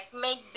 make